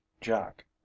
jack